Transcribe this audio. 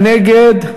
מי נגד?